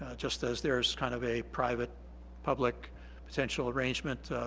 ah just as there's kind of a private public potential arrangement